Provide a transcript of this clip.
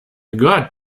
got